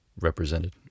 represented